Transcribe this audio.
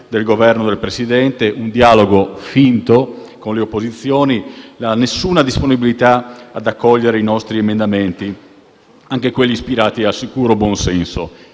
del Consiglio; c'è stato un dialogo finto con le opposizioni e nessuna disponibilità ad accogliere i nostri emendamenti, anche quelli ispirati a sicuro buon senso.